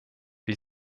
wie